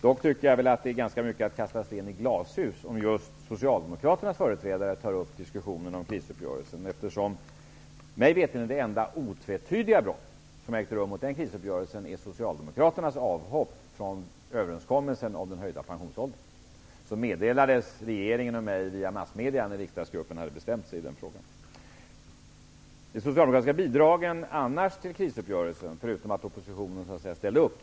Dock tycker jag att det i ganska stor utsträckning är att kasta sten i glashus om just Socialdemokraternas företrädare tar upp diskussionen om krisuppgörelsen. Mig veterligt är det enda otvetydiga brottet mot den krisuppgörelsen just Socialdemokraternas avhopp från överenskommelsen om höjd pensionsålder, något som meddelades regeringen och mig via massmedierna när riksdagsgruppen hade bestämt sig i den frågan. Så några ord om Socialdemokraternas bidrag i övrigt till krisuppgörelsen -- förutom det faktum att oppositionen så att säga ställde upp.